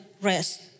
rest